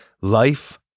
Life